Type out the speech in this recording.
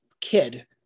kid